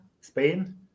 Spain